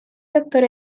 doctor